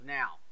now